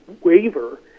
waiver